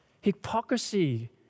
Hypocrisy